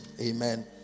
Amen